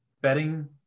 betting